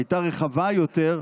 הייתה רחבה יותר,